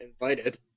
invited